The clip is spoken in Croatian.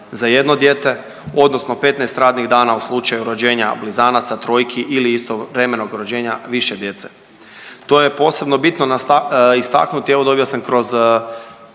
za jedno dijete odnosno 15 radnih dana u slučaju rođenja blizanaca, trojki ili istovremenog rođenja više djece. To je posebno bitno istaknuti evo dobio sam kroz,